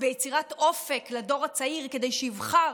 יצירת אופק לדור הצעיר כדי שלא יבחר